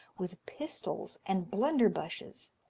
with pistols, and blunderbushes,